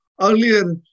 Earlier